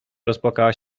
rozpłakała